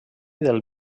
del